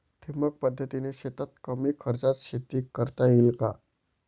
ठिबक पद्धतीने शेतात कमी खर्चात शेती करता येईल का?